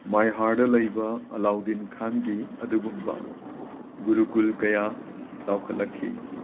ꯃꯥꯏꯍꯥꯔꯗ ꯂꯩꯕ ꯑꯂꯥꯎꯗꯤꯟ ꯈꯥꯟꯒꯤ ꯑꯗꯨꯒꯨꯝꯕ ꯒꯨꯔꯨꯀꯨꯜ ꯀꯌꯥ ꯆꯥꯎꯈꯠꯂꯛꯈꯤ